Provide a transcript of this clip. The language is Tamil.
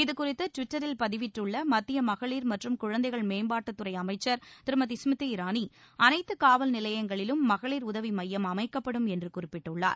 இதுகுறித்து டுவிட்டரில் பதிவிட்டுள்ள மத்திய மகளிர் மற்றும் குழந்தைகள் மேம்பாட்டுத்துறை அமைச்சர் திருமதி ஸ்மிருதி இராளி அனைத்து காவல் நிலையங்களிலும் மகளிர் உதவி மையம் அமைக்கப்படும் என்று குறிப்பிட்டுள்ளார்